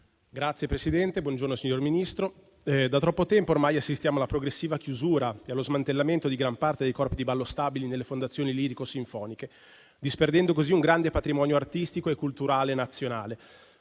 Signora Presidente, signor Ministro, da troppo tempo ormai assistiamo alla progressiva chiusura e allo smantellamento di gran parte dei corpi di ballo stabili nelle fondazioni lirico-sinfoniche, disperdendo così un grande patrimonio artistico e culturale nazionale.